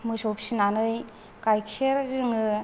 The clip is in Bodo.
मोसौ फिसिनानै गायखेर जोङो